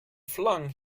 flung